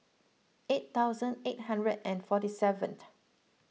eight thousand eight hundred and forty seventh